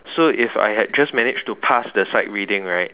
so if I had just managed to pass the sight reading right